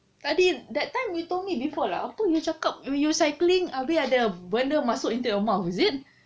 tadi that time you told me before lah apa you cakap you you cycling abeh ada benda go into your mouth is it